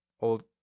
old